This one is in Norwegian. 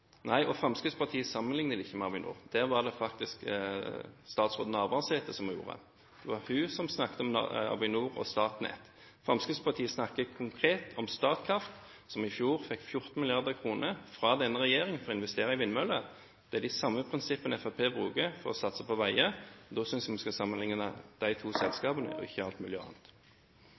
Nei, Fremskrittspartiet sammenlikner det ikke med Avinor – det var faktisk statsråd Navarsete som gjorde det. Det var hun som snakket om Avinor og Statnett. Fremskrittspartiet snakket konkret om Statkraft, som i fjor fikk 14 mrd. kr fra denne regjeringen for å investere i vindmøller. Det er de samme prinsippene Fremskrittspartiet bruker for å satse på veier. Da synes jeg vi skal sammenlikne de to selskapene og ikke alt mulig annet.